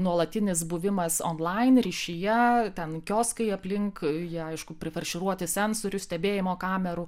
nuolatinis buvimas onlain ryšyje ten kioskai aplink jie aišku prifarširuoti seansorių stebėjimo kamerų